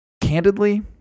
candidly